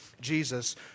Jesus